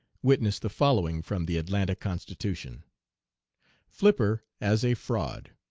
witness the following from the atlanta constitution flipper as a fraud.